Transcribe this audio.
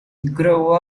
grew